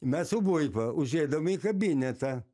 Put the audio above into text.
mes su puipa užeidam į kabinetą